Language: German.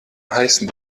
heißen